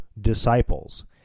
disciples